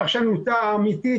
פרשנותה האמיתית,